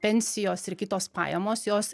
pensijos ir kitos pajamos jos